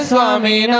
Swami